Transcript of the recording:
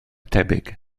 tebyg